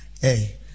hey